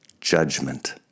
judgment